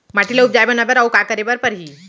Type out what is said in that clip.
माटी ल उपजाऊ बनाए बर अऊ का करे बर परही?